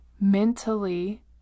Mentally